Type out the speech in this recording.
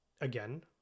Again